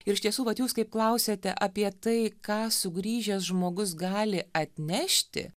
ir iš tiesų vat jūs kaip klausiate apie tai ką sugrįžęs žmogus gali atnešti